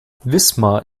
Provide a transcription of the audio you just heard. wismar